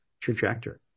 trajectory